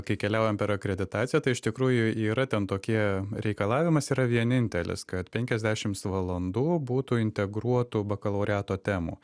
kai keliaujam per akreditaciją tai iš tikrųjų yra ten tokie reikalavimas yra vienintelis kad penkiasdešims valandų būtų integruotų bakalaureato temų